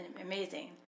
amazing